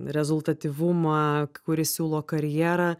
rezultatyvumą kuri siūlo karjerą